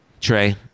Trey